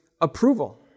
approval